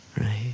Right